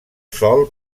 sòl